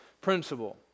principle